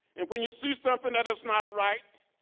and when you see something that is not right,